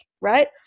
right